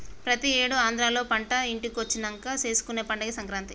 ప్రతి ఏడు ఆంధ్రాలో పంట ఇంటికొచ్చినంక చేసుకునే పండగే సంక్రాంతి